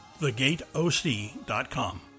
thegateoc.com